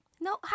No